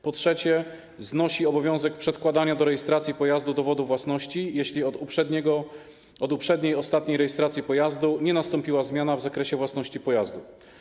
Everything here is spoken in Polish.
Po trzecie, znosi obowiązek przedkładania do rejestracji pojazdu dowodu własności, jeśli od uprzedniej, ostatniej rejestracji pojazdu nie nastąpiła zmiana w zakresie własności pojazdu.